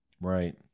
right